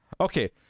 Okay